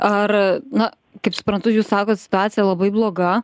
ar na kaip suprantu jūs sakot situacija labai bloga